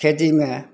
खेतीमे